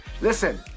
Listen